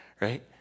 right